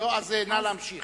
אז נא להמשיך.